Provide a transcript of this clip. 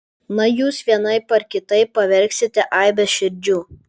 na jūs vienaip ar kitaip pavergsite aibes širdžių